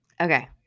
Okay